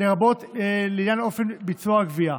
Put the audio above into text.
לרבות בעניין אופן ביצוע הגבייה.